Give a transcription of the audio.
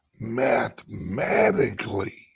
mathematically